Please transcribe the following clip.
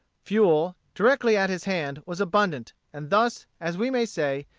fuel, directly at his hand, was abundant, and thus, as we may say,